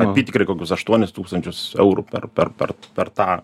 apytikriai kokius aštuonis tūkstančius eurų per per per per tą